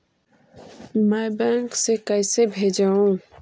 मैं किसी बैंक से कैसे भेजेऊ